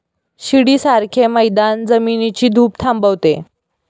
शिडीसारखे मैदान जमिनीची धूप थांबवते